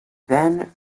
then